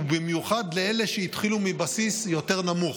ובמיוחד לאלה שהתחילו מבסיס יותר נמוך.